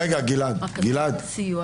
הן חייבות סיוע,